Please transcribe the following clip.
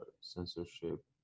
censorship